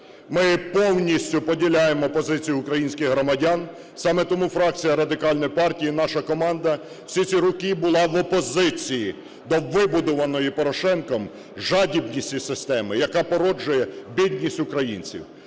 Ми повністю поділяємо позицію українських громадян. Саме тому фракція Радикальної партії, наша команда всі ці роки була в опозиції до вибудованої Порошенком жадібної системи, яка породжує бідність українців.